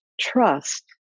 trust